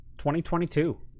2022